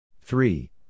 Three